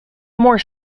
more